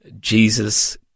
Jesus